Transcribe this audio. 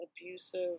abusive